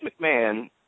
McMahon